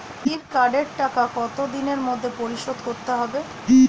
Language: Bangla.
বিড়ির কার্ডের টাকা কত দিনের মধ্যে পরিশোধ করতে হবে?